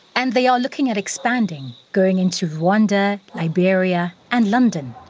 and they are looking at expanding, going into rwanda, liberia and london.